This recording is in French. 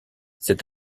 cette